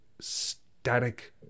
static